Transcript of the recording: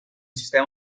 sistema